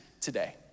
today